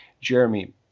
Jeremy